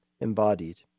Embodied